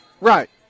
Right